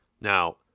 Now